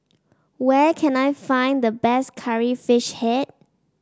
where can I find the best Curry Fish Head